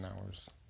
hours